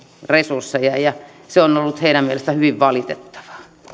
resursseja ja se on ollut heidän mielestään hyvin valitettavaa